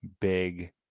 big